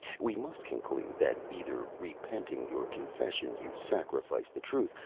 we must conclude that either, repenting your confession, you sacrifice the truth,